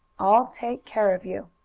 i'll take care of you,